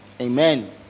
Amen